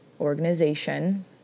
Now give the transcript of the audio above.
organization